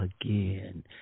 again